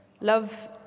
love